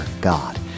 God